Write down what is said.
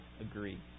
agree